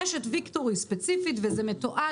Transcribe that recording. רשת ויקטורי ספציפית וזה מתועד